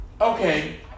Okay